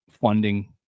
funding